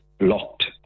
locked